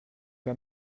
pas